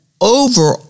over